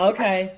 Okay